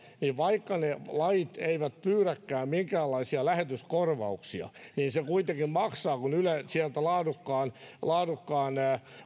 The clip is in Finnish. niin vaikka lajit eivät pyydäkään minkäänlaisia lähetyskorvauksia se kuitenkin maksaa kun yle sieltä laadukkaan laadukkaan